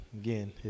Again